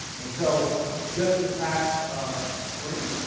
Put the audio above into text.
and so just this past spring,